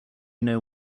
know